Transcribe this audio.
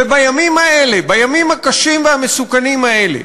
ובימים האלה, בימים הקשים והמסוכנים האלה,